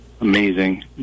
amazing